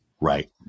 Right